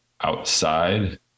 outside